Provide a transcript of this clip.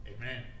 Amen